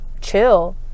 chill